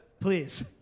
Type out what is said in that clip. Please